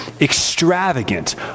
extravagant